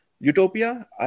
Utopia